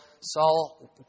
Saul